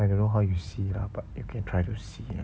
I don't know how you see lah but you can try to see lah ya